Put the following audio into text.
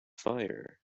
fire